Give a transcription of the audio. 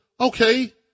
Okay